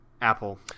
Apple